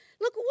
look